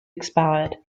expired